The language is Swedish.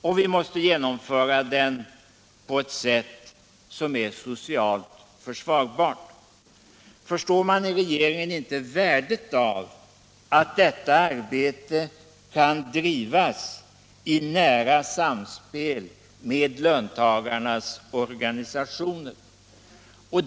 Och vi måste genomföra den på ett sätt som är socialt försvarbart. Förstår man i regeringen inte värdet av att detta arbete kan drivas i nära samspel med löntagarnas organisationer?